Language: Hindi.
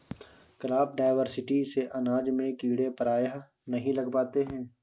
क्रॉप डायवर्सिटी से अनाज में कीड़े प्रायः नहीं लग पाते हैं